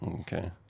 Okay